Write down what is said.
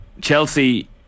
Chelsea